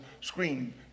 screen